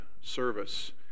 service